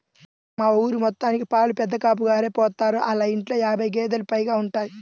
మా ఊరి మొత్తానికి పాలు పెదకాపుగారే పోత్తారు, ఆళ్ళ ఇంట్లో యాబై గేదేలు పైగా ఉంటయ్